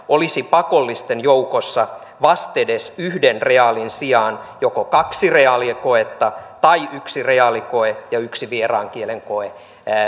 olisi pakollisten joukossa yhden reaalin sijaan joko kaksi reaalikoetta tai yksi reaalikoe ja yksi vieraan kielen koe